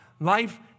Life